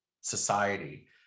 society